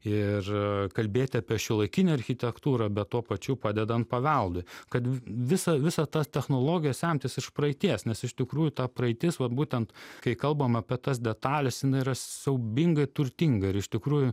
ir kalbėti apie šiuolaikinę architektūrą bet tuo pačiu padedant paveldui kad visa visa ta technologijos semtis iš praeities nes iš tikrųjų ta praeitis vat būtent kai kalbam apie tas detales yra siaubingai turtinga ir iš tikrųjų